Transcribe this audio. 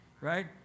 Right